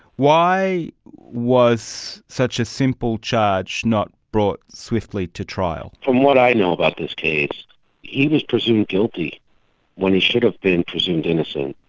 why was such a simple charge not brought swiftly to trial? from what i know about this case he was presumed guilty when he should have been presumed innocent.